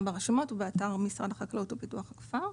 ברשומות ובאתר משרד החקלאות ופיתוח הכפר.